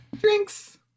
Drinks